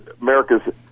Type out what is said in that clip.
America's